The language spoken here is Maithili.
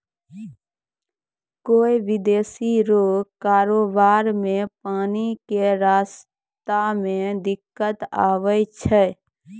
कोय विदेशी रो कारोबार मे पानी के रास्ता मे दिक्कत आवै छै